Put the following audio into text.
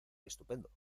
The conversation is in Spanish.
estupendo